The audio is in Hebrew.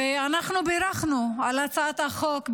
ואנחנו בירכנו על הצעת החוק,